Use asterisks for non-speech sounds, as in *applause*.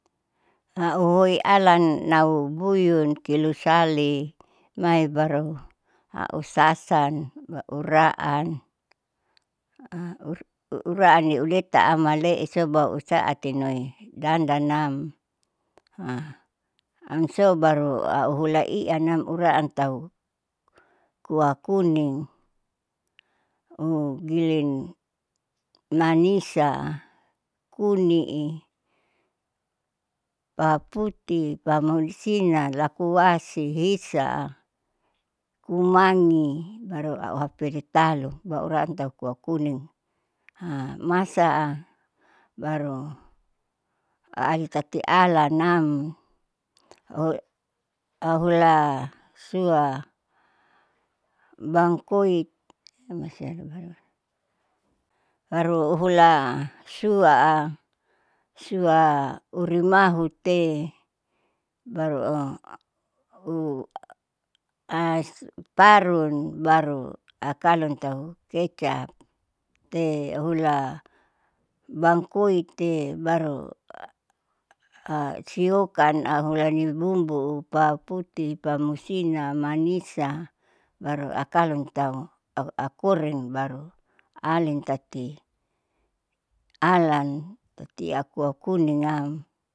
Auhoi alanau buyun kilo sali mai baru au sasan bauraan *hesitation* uraan niuleta amale'e sou baru usa atinoi dandanam *hesitation* am sou baru au hula ianam uraan tau kuah kuning *hesitation* giling manisa, kuning i, paputi, pamasina lakoasi hisa, kumangi baru hapele talu sian tau kuah kuning *hesitation* masa baru auati tati alanam *hesitation* auhula sua bangkuit namase haruma haruma baru uhula sua sua urimahute baru *unintelligible* *noise* parun baru akalan tau kecap te ahula bangkuiti baru *noise* a siokan a hulani bumbu paputi, pamusina manisa baru akalun tau a akoren baru alin tati alan tati akuah kuning am.